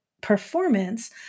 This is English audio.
performance